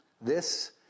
This